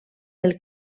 del